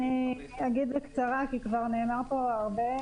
אגיד בקצרה, כי כבר נאמר פה הרבה.